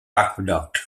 aqueduct